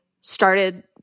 started